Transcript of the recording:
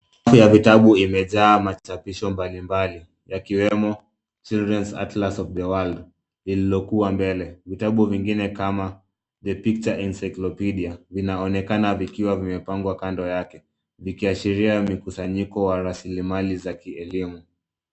Sehemu ya vitabu imejaa machapisho mbalimbali yakiwemo Children's Atlas of the World lililokuwa mbele. Vitabu vingine kama The Picture Encyclopedia vinaonekana vikiwa vimepangwa kando yake, vikiashiria mikusanyiko wa rasilimali za kielimu.